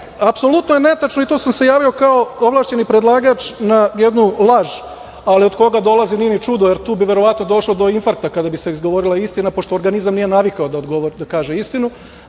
apsolutno je netačno, i tu sam se javio kao ovlašćeni predlagač na jednu laž, ali od koga dolazi nije ni čudo, jer tu bi verovatno došlo do infarkta kada bi se izgovorila istina pošto organizam nije navikao da kaže istinu.